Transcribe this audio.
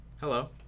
Hello